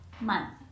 month